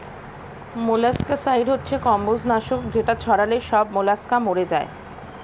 molluscicide হচ্ছে কম্বোজ নাশক যেটা ছড়ালে সব মোলাস্কা মরে যায়